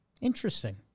Interesting